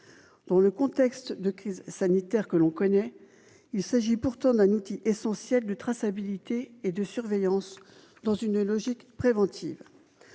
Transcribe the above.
dans le contexte de crise sanitaire que l'on connaît, il s'agit pourtant d'un outil essentiel de traçabilité et de surveillance dans une logique préventive